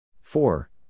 Four